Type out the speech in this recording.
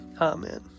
Amen